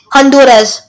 Honduras